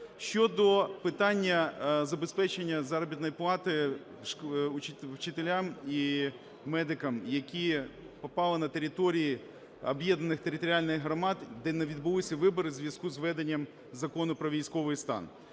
Щодо питання забезпечення заробітної плати вчителям і медикам, які попали на території об'єднаних територіальних громад, де не відбулися вибори у зв'язку з введенням Закону про військовий стан.